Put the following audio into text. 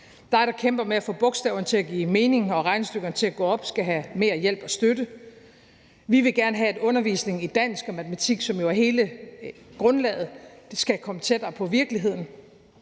Dig, der kæmper med at få bogstaverne til at give mening og regnestykkerne til at gå op, skal have mere hjælp og støtte. Vi vil gerne have, at undervisningen i dansk og matematik, som jo er hele grundlaget, skal komme tættere på virkeligheden.